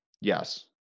Yes